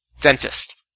dentist